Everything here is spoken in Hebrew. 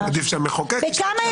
היועץ המשפטי --- עדיף שהמחוקק ישתוק,